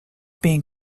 being